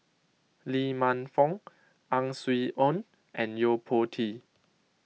Lee Man Fong Ang Swee Aun and Yo Po Tee